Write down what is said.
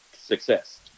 success